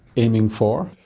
aiming for?